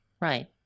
right